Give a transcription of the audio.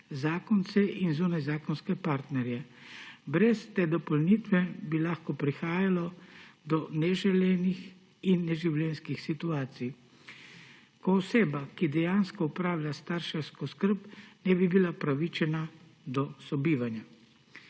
zakonce in zunajzakonske partnerje. Brez te dopolnitve bi lahko prihajalo do neželenih in neživljenjskih situacij, ko oseba, ki dejansko opravlja starševsko skrb, ne bi bila upravičena do sobivanja.